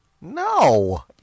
No